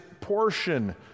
portion